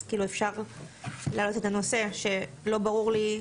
אז כאילו אפשר להעלות את הנושא, שלא ברור לי.